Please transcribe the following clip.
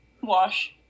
Wash